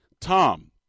Tom